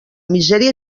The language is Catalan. misèria